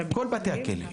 כל בתי הכלא.